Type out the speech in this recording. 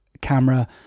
camera